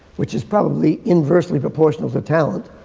which is probably inversely proportional to talent.